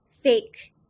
fake